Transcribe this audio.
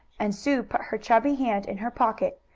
and sue put her chubby hand in her pocket.